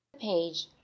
Page